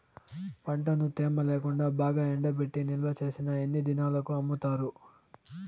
పంటను తేమ లేకుండా బాగా ఎండబెట్టి నిల్వచేసిన ఎన్ని దినాలకు అమ్ముతారు?